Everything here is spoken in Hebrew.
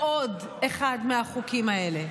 בעוד אחד מהחוקים האלה.